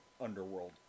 Underworld